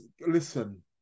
listen